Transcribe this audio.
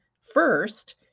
first